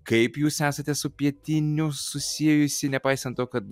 kaip jūs esate su pietiniu susiejusi nepaisant to kad